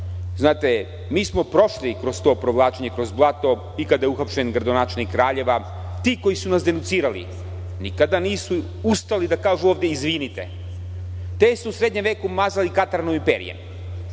Znate, mi smo prošli kroz to provlačenje kroz blato i kada je uhapšen gradonačelnik Kraljeva. Ti koji su nas denucirali nikada nisu ustali da kažu ovde izvinite. Te su u srednjem veku mazali katranom i perjem,